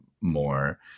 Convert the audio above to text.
more